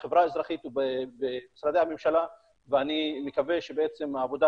בחברה האזרחית ובמשרדי הממשלה ואני מקווה שהעבודה